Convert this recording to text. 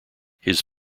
his